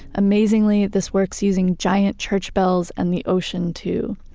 amazingly, this works using giant church bells and the ocean too.